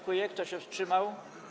Kto się wstrzymał?